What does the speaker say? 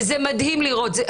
מדהים לראות את זה.